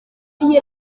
iyi